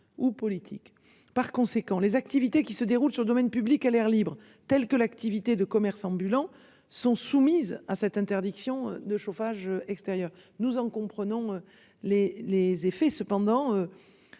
ou politiques. Par conséquent, les activités qui se déroule sur le domaine public à l'air libre tels que l'activité de commerces ambulants sont soumises à cette interdiction de chauffage extérieur nous en comprenons les les effets cependant.